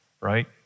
right